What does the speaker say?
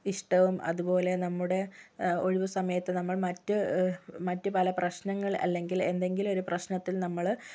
ഇഷ്ടവും അതുപോലെ നമ്മുടെ ഒഴിവു സമയത്ത് നമ്മൾ മറ്റ് മറ്റു പല പ്രശനങ്ങൾ അല്ലെങ്കിൽ എന്തെങ്കിലും ഒരു പ്രശ്നത്തിൽ നമ്മള്